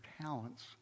talents